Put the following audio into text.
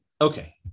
okay